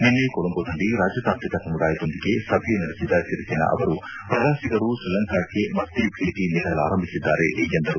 ನಿನ್ನೆ ಕೊಲಂಬೋದಲ್ಲಿ ರಾಜತಾಂತ್ರಿಕ ಸಮುದಾಯದೊಂದಿಗೆ ಸಭೆ ನಡೆಸಿದ ಸಿರಿಸೇನಾ ಅವರು ಪ್ರವಾಸಿಗರು ಶ್ರೀಲಂಕಾಕ್ಲೆ ಮತ್ತೆ ಭೇಟಿ ನೀಡಲಾರಂಭಿಸಿದ್ದಾರೆ ಎಂದರು